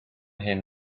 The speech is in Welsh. hyn